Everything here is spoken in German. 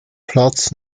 platz